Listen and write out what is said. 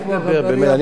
אותו הדבר בית- המכפלה.